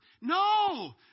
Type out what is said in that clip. No